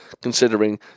considering